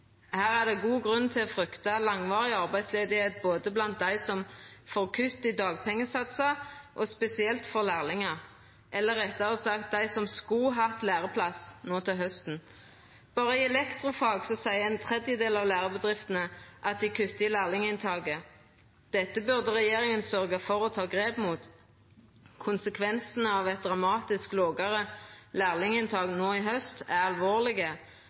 er god grunn til å frykta langvarig arbeidsløyse blant dei som får kutt i dagpengesatsar, og spesielt for lærlingar – eller rettare sagt: dei som skulle hatt læreplass no til hausten. Berre i elektrofag seier ein tredjedel av lærebedriftene at dei kuttar i lærlinginntaket. Dette burde regjeringa sørgja for å ta grep mot. Konsekvensane av eit dramatisk lågare lærlinginntak no i haust er alvorlege.